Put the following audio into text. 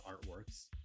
artworks